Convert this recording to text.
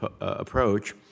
approach